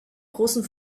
großen